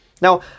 Now